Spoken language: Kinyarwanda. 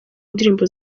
ndirimbo